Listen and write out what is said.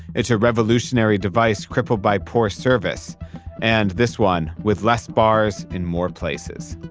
it's a revolutionary device crippled by poor service and this one with less bars in more places!